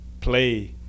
play